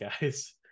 guys